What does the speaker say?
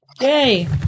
Yay